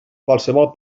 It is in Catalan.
qualsevol